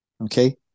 Okay